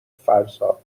فرزاد